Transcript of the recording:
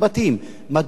מדוע, כבוד השר,